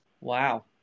Wow